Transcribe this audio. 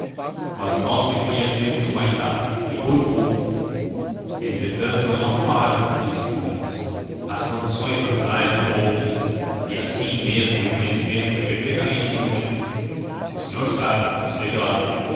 mas nós reconhecemos humaitá e por pouco entretanto não a tomaram disse fontes as condições naturais eram outras e assim mesmo o reconhecimento foi perfeitamente inútil o senhor sabe esteve lá